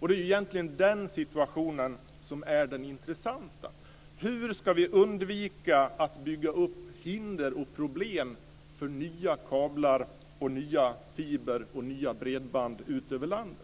Det är egentligen den situationen som är den intressanta. Hur ska vi alltså undvika att det byggs upp hinder och problem för nya kablar, nya fibrer och nya bredband ut över landet?